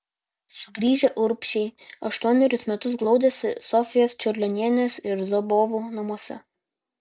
sugrįžę urbšiai aštuonerius metus glaudėsi sofijos čiurlionienės ir zubovų namuose